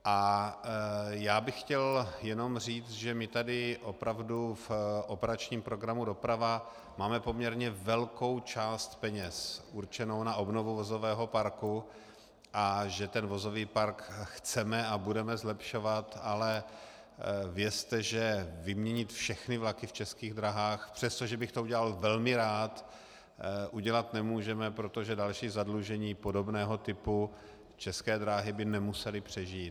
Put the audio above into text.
A já bych chtěl jenom říct, že my tady opravdu v operačním programu Doprava máme poměrně velkou část peněz určenou na obnovu vozového parku a že ten vozový park chceme a budeme zlepšovat, ale vězte, že vyměnit všechny vlaky v Českých dráhách, přestože bych to udělal velmi rád, nemůžeme, protože další zadlužení podobného typu by České dráhy nemusely přežít.